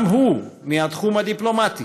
גם הוא בתחום הדיפלומטי,